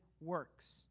works